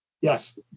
Yes